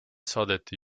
saadeti